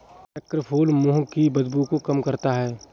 चक्रफूल मुंह की बदबू को कम करता है